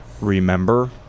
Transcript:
remember